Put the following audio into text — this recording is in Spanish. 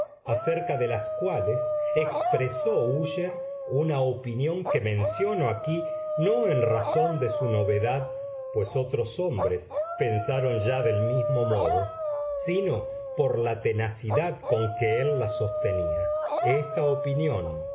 acerca de las cuales expresó úsher una opinión que menciono aquí no en razón de su novedad pues otros hombres pensaron ya del mismo modo sino por la tenacidad con que él la sostenía esta opinión